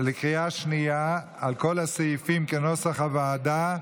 בקריאה שנייה על כל הסעיפים כנוסח הוועדה,